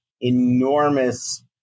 enormous